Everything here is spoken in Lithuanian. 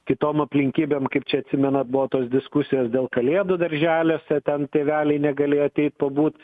kitom aplinkybėm kaip čia atsimenat buvo tos diskusijos dėl kalėdų darželiuose ten tėveliai negalėjo ateit pabūt